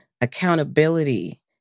accountability